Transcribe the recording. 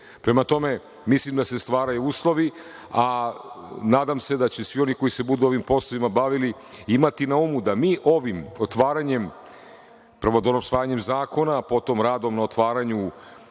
red. Prema tome, mislim da se stvaraju uslovi, a nadam se da će svi oni koji se budu ovim poslovima bavili imati na umu da mi prvo usvajanjem zakona, potom radom na otvaranju